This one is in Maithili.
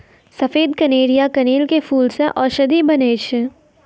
सफेद कनेर या कनेल के फूल सॅ औषधि बनै छै